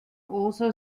also